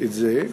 את זה,